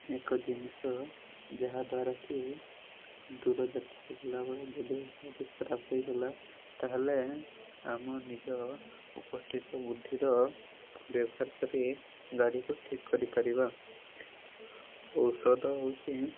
ଏକ ଜିନିଷ ଯାହାଦ୍ଵାରା କି ଦୂରଯାତ୍ରା ଗଲାବେଳେ ଯଦି କାହା ଦେହ ଖରାପ ହୋଇଗଲା ତାହାହେଲେ ଆମ ନିଜ ଉପସ୍ଥିତ ବୁଦ୍ଧିର ବ୍ୟବହାର କରି ଗାଡ଼ିକୁ ଠିକ୍ କରିପାରିବା ଔଷଧ ହେଉଛି